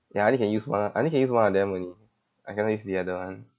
ya I only can use one ah I can only use one of them only I cannot use the other one